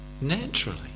Naturally